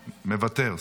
מוותר.